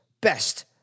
best